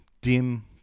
dim